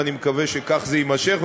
ואני מקווה שכך זה יימשך.